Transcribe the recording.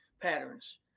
patterns